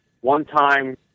one-time